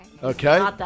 Okay